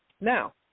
Now